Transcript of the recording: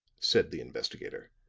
said the investigator.